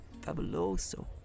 fabuloso